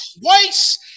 twice